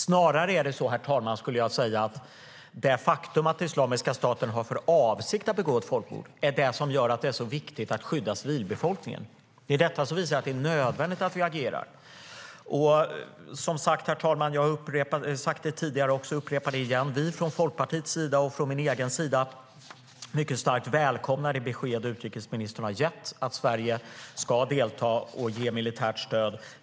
Jag skulle säga att det snarare är så, herr talman, att det är det faktum att Islamiska staten har för avsikt att begå ett folkmord som gör det så viktigt att skydda civilbefolkningen. Det är detta som visar att det är nödvändigt att vi agerar. Jag har sagt det tidigare, herr talman, och jag upprepar det: Jag och vi från Folkpartiets sida välkomnar mycket starkt det besked utrikesministern har gett om att Sverige ska delta och ge militärt stöd.